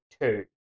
two